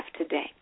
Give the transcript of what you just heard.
today